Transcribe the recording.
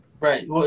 Right